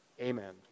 Amen